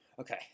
Okay